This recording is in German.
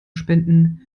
spenden